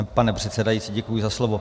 Pane předsedající, děkuji za slovo.